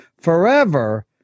Forever